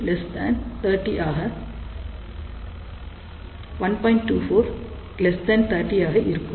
2430 ஆக இருக்கும்